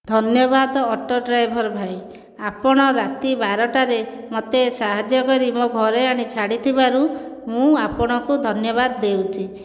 ଧନ୍ୟବାଦ auto driver ଭାଇ ଆପଣ ରାତି ବାରଟାରେ ମୋତେ ସାହାଯ୍ୟ କରି ମୋ ଘରେ ଆଣି ଛାଡ଼ିଥିବାରୁ ମୁଁ ଆପଣଙ୍କୁ ଧନ୍ୟବାଦ ଦେଉଛି